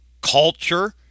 culture